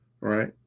right